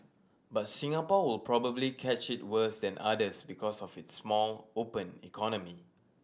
but Singapore will probably catch it worse than others because of its small open economy